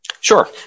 Sure